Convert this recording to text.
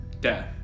death